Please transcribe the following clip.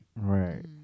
Right